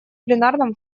пленарном